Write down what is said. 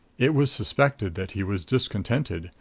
it was suspected that he was discontented,